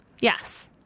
Yes